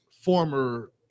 former